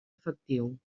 efectiu